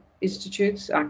institutes